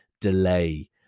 delay